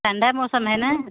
ठंडा मौसम है ना